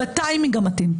בטיימינג המתאים.